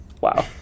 wow